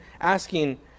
asking